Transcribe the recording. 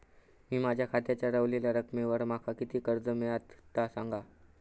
मी माझ्या खात्याच्या ऱ्हवलेल्या रकमेवर माका किती कर्ज मिळात ता सांगा?